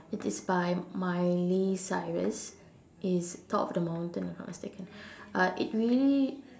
it is by miley cyrus it's top of the mountain if I'm not mistaken um it really